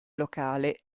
locale